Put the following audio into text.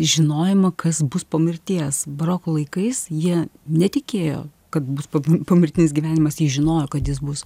žinojimą kas bus po mirties baroko laikais jie netikėjo kad bus pomirtinis gyvenimas ji žinojo kad jis bus